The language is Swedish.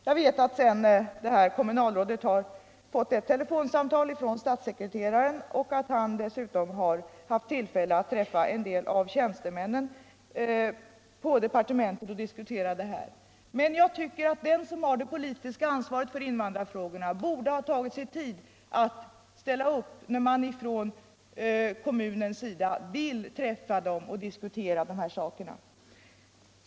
Jag vet att ifrågavarande kommunalråd fått ett telefonsamtal från statssekreteraren och att han dessutom haft tillfälle att träffa en av tjänstemännen på departementet och diskutera den här frågan. Men jag tycker att den som har det politiska ansvaret för invandrarfrågorna borde ha tagit sig tid att ställa upp när man från kommunens sida ville träffa honom och diskutera de här sakerna.